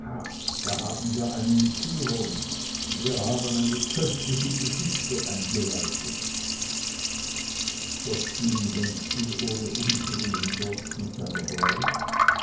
da haben wir eine entführung wir haben eine köstliche geschichte eingeleitet doch ging wenzel ohne umsehen hindurch mit seiner braut